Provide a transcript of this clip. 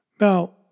Now